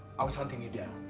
i was hunting you down,